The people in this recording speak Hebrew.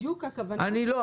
בדיוק הכוונה --- אני לא.